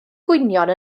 gwynion